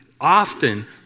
often